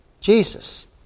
Jesus